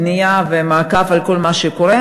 בנייה ומעקב על כל מה שקורה.